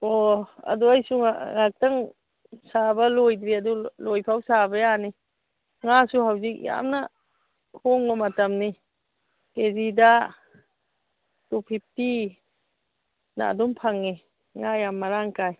ꯑꯣ ꯑꯗꯣ ꯑꯩꯁꯨ ꯉꯥꯛꯇꯪ ꯁꯥꯕ ꯂꯣꯏꯗ꯭ꯔꯤ ꯑꯗꯨ ꯂꯣꯏꯕꯐꯥꯎ ꯁꯥꯕ ꯌꯥꯅꯤ ꯉꯥꯁꯨ ꯍꯧꯖꯤꯛ ꯌꯥꯝꯅ ꯍꯣꯡꯕ ꯃꯇꯝꯅꯤ ꯀꯦꯖꯤꯗ ꯇꯨ ꯐꯤꯐꯇꯤꯗ ꯑꯗꯨꯝ ꯐꯪꯏ ꯉꯥ ꯌꯥꯃ ꯃꯔꯥꯡ ꯀꯥꯏ